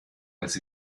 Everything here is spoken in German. als